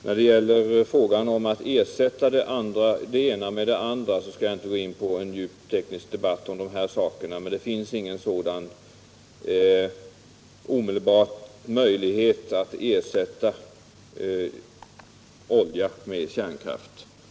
När det gäller frågan om att ersätta det ena energislaget med det andra skall jag inte gå in på en djup teknisk debatt utan bara peka på att det inte finns någon omedelbar möjlighet att ersätta oljan med kärnkraft.